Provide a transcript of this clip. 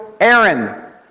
Aaron